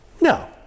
No